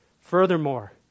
Furthermore